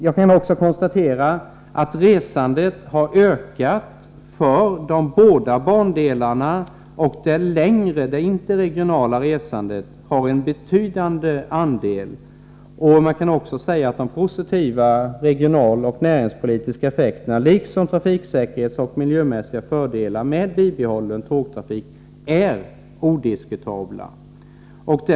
Jag kan också konstatera att resandet har ökat på de båda bandelarna, och det längre, interregionala, resandet är av betydande omfattning. Man kan dessutom fastslå att de positiva regionaloch näringspolitiska effekterna, liksom de trafiksäkerhetsmässiga och miljömässiga fördelarna, med en bibehållen tågtrafik är odiskutabla.